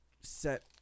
set